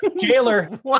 jailer